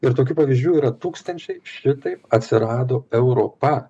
ir tokių pavyzdžių yra tūkstančiai šitaip atsirado europa